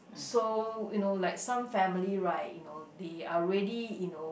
so you know like some family right you know they are really you know